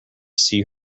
see